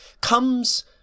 comes